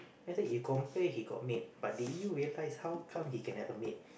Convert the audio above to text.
lets say if complain he got maid but did you realise how come he can have a maid